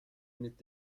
mit